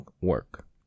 work